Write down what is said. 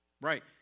Right